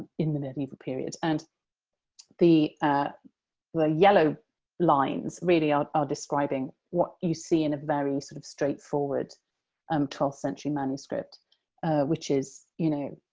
in the medieval period. and the the yellow lines really are describing what you see in a very sort of straightforward um twelfth century manuscript which is, you know,